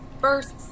first